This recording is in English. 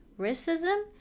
Racism